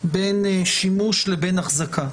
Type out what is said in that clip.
בין שימוש לבין החזקה.